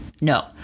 No